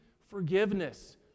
forgiveness